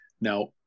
Now